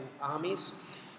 armies